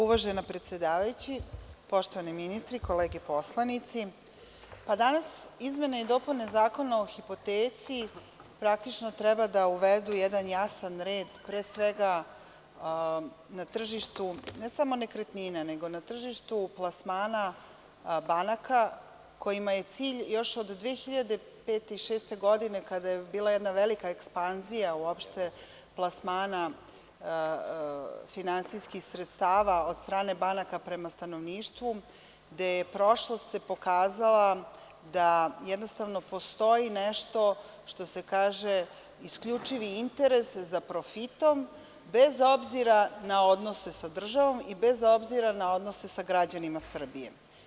Uvažena predsedavajuća, poštovani ministri, kolege poslanici, danas izmene i dopune Zakona o hipoteci praktično treba da uvedu jedan jasan red, pre svega na tržištu ne samo nekretnina, nego na tržištu plasmana banaka kojima je cilj još od 2005. i 2006. godine, kada je bila jedna velika ekspanzija uopšte plasmana finansijskih sredstava od strane banaka prema stanovništvu, gde se prošlost pokazala da jednostavno postoji nešto što se kaže isključivi interes za profitom, bez obzira na odnose sa državom i bez obzira na odnose sa građanima Srbije.